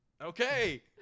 okay